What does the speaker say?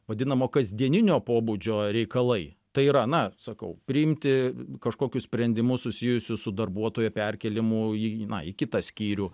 vadinamo kasdieninio pobūdžio reikalai tai yra na sakau priimti kažkokius sprendimus susijusius su darbuotojo perkėlimu į na į kitą skyrių